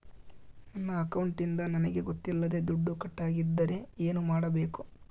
ನನ್ನ ಅಕೌಂಟಿಂದ ನನಗೆ ಗೊತ್ತಿಲ್ಲದೆ ದುಡ್ಡು ಕಟ್ಟಾಗಿದ್ದರೆ ಏನು ಮಾಡಬೇಕು?